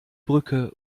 brücke